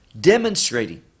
demonstrating